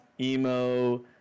emo